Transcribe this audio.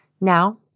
now